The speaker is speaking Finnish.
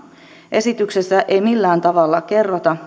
esityksessä ei millään tavalla kerrota